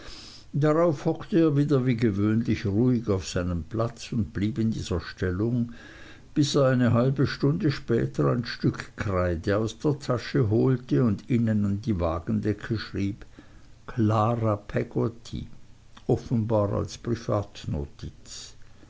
darauf hockte er wieder wie gewöhnlich ruhig auf seinem platz und blieb in dieser stellung bis er eine halbe stunde später ein stück kreide aus der tasche holte und innen an die wagendecke schrieb klara peggotty offenbar als